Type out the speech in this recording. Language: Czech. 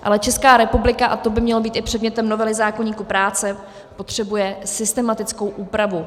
Ale Česká republika, a to by mělo být i předmětem novely zákoníku práce, potřebuje systematickou úpravu.